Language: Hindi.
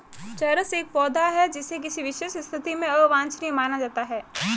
चरस एक पौधा है जिसे किसी विशेष स्थिति में अवांछनीय माना जाता है